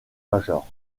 major